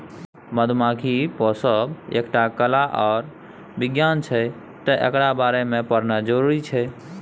मधुमाछी पोसब एकटा कला आर बिज्ञान छै तैं एकरा बारे मे पढ़ब जरुरी छै